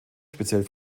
speziell